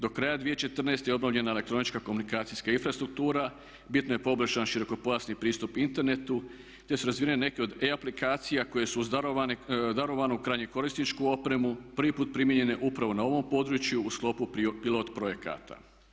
Do kraja 2014.je obnovljena elektronička komunikacijska infrastruktura, bitno je poboljšan širokopojasni pristup internetu te su razvijene neke od E aplikacija koje su uz darovanu krajnjekorisničku opremu prvi put primijenjene upravo na ovom području u sklopu pilot projekata.